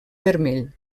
vermell